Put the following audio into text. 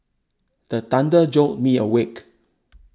the thunder jolt me awake